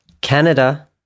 Canada